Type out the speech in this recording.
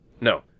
no